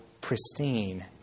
pristine